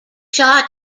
shot